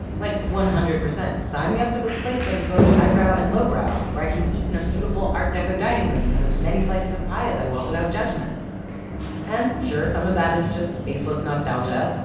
like, one hundred percent, sign me up for this place that is both high brow and low brow, where i can eat in a beautiful art deco dining room and have as many slices of pie as i want without judgment and sure, some of that is just baseless nostalgia,